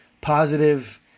positive